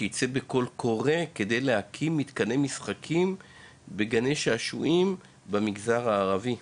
שייצא ׳קול ׳קורא׳ על מנת להקים גני שעשועים במגזר הערבי.